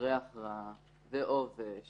ריח רע, עובש